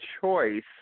choice